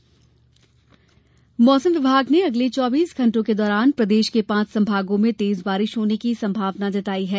मौसम मौसम विभाग ने अगले चौबीस घण्टों के दौरान प्रदेश के पांच सम्भागों में तेज बारिश होने की सम्भावना जताई है